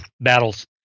battles